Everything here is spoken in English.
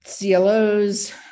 CLOs